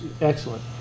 excellent